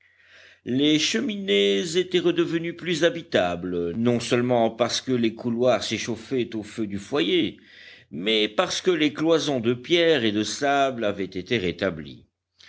les cheminées étaient redevenues plus habitables non seulement parce que les couloirs s'échauffaient au feu du foyer mais parce que les cloisons de pierres et de sable avaient été rétablies